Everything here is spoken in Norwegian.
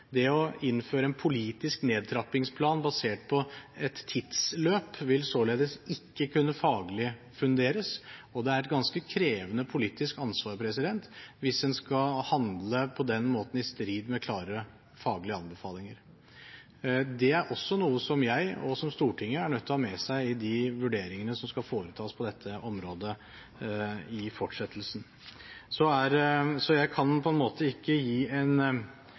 Det å innføre en politisk nedtrappingsplan basert på et tidsløp vil således ikke kunne faglig funderes. Det er et ganske krevende politisk ansvar hvis en skal handle på den måten i strid med klare faglige anbefalinger. Det er også noe som jeg og Stortinget er nødt til å ta med oss i de vurderingene som skal foretas på dette området i fortsettelsen. Så jeg kan ikke gi en